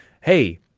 hey